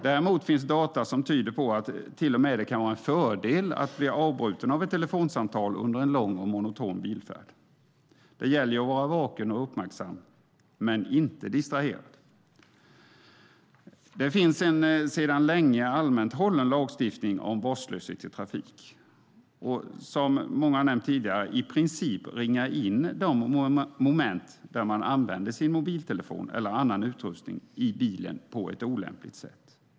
Däremot finns data som tyder på att det till och med kan vara en fördel att bli avbruten av ett telefonsamtal under en lång och monoton bilfärd. Det gäller att vara vaken och uppmärksam men inte distraherad. Det finns sedan länge en allmänt hållen lagstiftning om vårdslöshet i trafik som, vilket många har nämnt tidigare, i princip ringar in de moment där man använder sin mobiltelefon eller annan utrustning i bilen på ett olämpligt sätt.